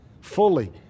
fully